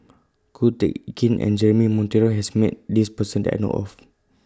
Ko Teck Kin and Jeremy Monteiro has Met This Person that I know of